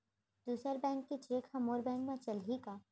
दूसर बैंक के चेक ह मोर बैंक म चलही का?